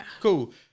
Cool